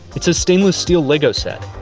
it's a stainless steel lego set.